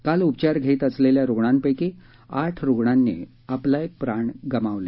काल उपचार घेत असलेल्या रुग्णांपक्षी आठ रुग्णांनी आपला प्राण गमावला